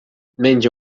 menys